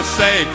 say